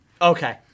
Okay